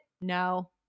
no